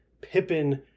Pippin